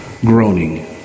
Groaning